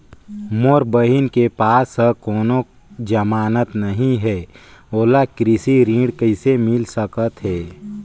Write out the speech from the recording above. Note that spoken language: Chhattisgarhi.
मोर बहिन के पास ह कोनो जमानत नहीं हे, ओला कृषि ऋण किसे मिल सकत हे?